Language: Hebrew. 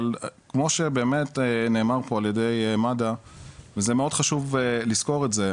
אבל כמו שבאמת נאמר פה על ידי מד"א וזה מאוד חשוב לזכור את זה,